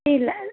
ए